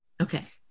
Okay